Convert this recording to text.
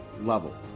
level